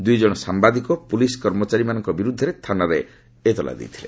ଦୂଇଜଣ ସାମ୍ବାଦିକ ପୁଲିସ୍ କର୍ମଚାରୀମାନଙ୍କ ବିରୁଦ୍ଧରେ ଥାନାରେ ଏତଲା ଦେଇଥିଲେ